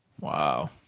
Wow